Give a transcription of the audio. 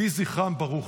יהי זכרם ברוך.